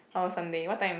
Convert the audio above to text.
or Sunday what time